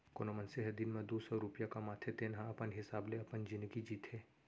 कोनो मनसे ह दिन म दू सव रूपिया कमाथे तेन ह अपन हिसाब ले अपन जिनगी जीथे